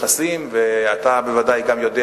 ואתה בוודאי יודע,